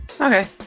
Okay